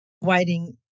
waiting